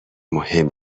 مهم